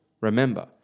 Remember